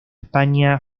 españa